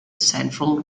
central